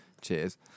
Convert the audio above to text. Cheers